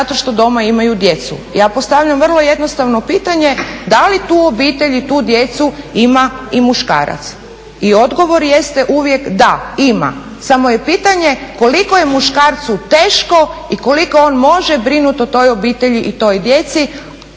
zato što doma imaju djecu. Ja postavljam vrlo jednostavno pitanje da li tu obitelj i tu djecu ima i muškarac? I odgovor jeste uvijek da, ima. Samo je pitanje koliko je muškarcu teško i koliko on može brinuti o toj obitelji i toj djeci